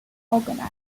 organised